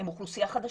הם אוכלוסייה חדשה.